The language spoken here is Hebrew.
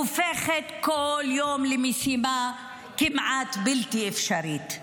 הופך כל יום למשימה כמעט בלתי אפשרית.